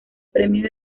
premios